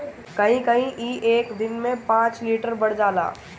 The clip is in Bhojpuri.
कहीं कहीं ई एक दिन में पाँच मीटर बढ़ जाला